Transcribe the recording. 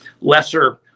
lesser